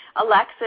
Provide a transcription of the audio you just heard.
Alexis